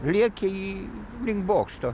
rėkė į link bokšto